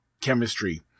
chemistry